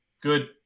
good